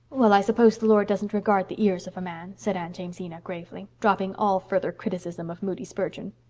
well, i suppose the lord doesn't regard the ears of a man, said aunt jamesina gravely, dropping all further criticism of moody spurgeon.